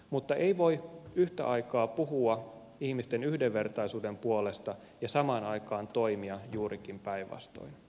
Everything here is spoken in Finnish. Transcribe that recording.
mutta ei voi yhtä aikaa puhua ihmisten yhdenvertaisuuden puolesta ja samaan aikaan toimia juurikin päinvastoin